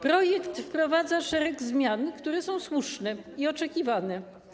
Projekt wprowadza szereg zmian, które są słuszne i oczekiwane.